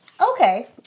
Okay